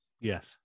yes